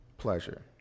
pleasure